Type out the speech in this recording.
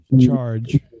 charge